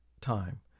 time